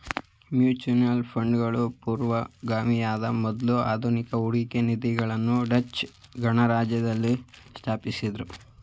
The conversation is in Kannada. ಮ್ಯೂಚುಯಲ್ ಫಂಡ್ಗಳು ಪೂರ್ವಗಾಮಿಯಾದ ಮೊದ್ಲ ಆಧುನಿಕ ಹೂಡಿಕೆ ನಿಧಿಗಳನ್ನ ಡಚ್ ಗಣರಾಜ್ಯದಲ್ಲಿ ಸ್ಥಾಪಿಸಿದ್ದ್ರು